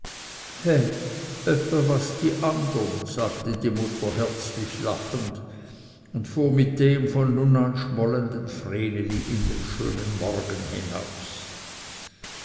öppe was die anderen sagte die mutter herzlich lachend und fuhr mit dem von nun an schmollenden vreneli in den schönen morgen hinaus